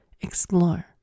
Explore